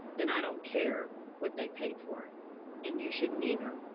then i don't care what they paid for it and you shouldn't either.